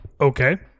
Okay